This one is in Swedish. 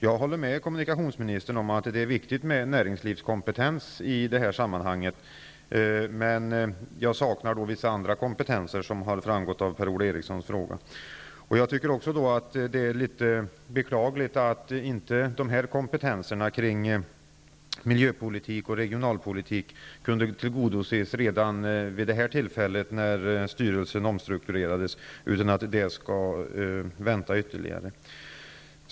Jag håller med kommunikationsministern om att det är viktigt med näringslivskompetens i detta sammanhang, men jag saknar liksom Per-Ola Eriksson representation av vissa andra kompetenser. Det är beklagligt att önskemålen om kompetens när det gäller miljöpolitik och regionalpolitik inte kunde tillgodoses redan när styrelsen denna gång omstrukturerades, utan att det skall anstå ytterligare.